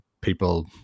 people